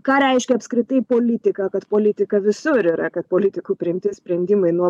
ką reiškia apskritai politika kad politika visur yra kad politikų priimti sprendimai nuo